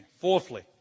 fourthly